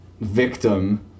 victim